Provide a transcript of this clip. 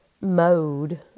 mode